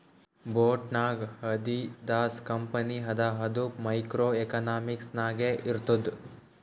boat ನಾಗ್ Adidas company ಅದ ಅದು ಮೈಕ್ರೋ ಎಕನಾಮಿಕ್ಸ್ ನಾಗೆ ಬರ್ತುದ್